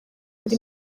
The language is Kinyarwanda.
andi